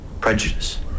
prejudice